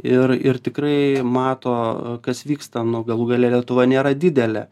ir ir tikrai mato kas vyksta nu galų gale lietuva nėra didelė